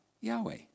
Yahweh